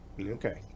Okay